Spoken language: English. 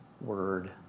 word